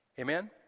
Amen